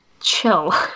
Chill